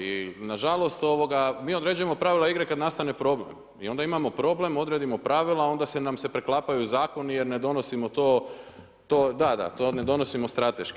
I na žalost, mi određujemo pravila igre kad nastane problem i onda imamo problem, odredimo pravila onda nam se preklapaju zakoni jer ne donosimo to, da, da, to ne donosimo strateški.